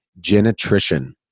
Genetrician